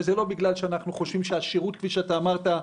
זה לא בגלל שאנחנו חושבים שהשירות במקומות הללו כפי שאמרתי,